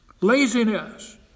Laziness